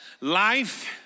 Life